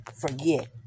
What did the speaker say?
forget